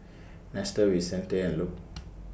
Nestor Vicente and Luc